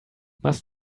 must